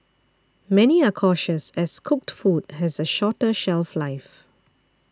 many are cautious as cooked food has a shorter shelf life